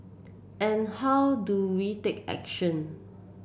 and how do we take action